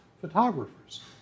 Photographers